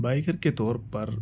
biker کے طور پر